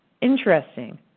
Interesting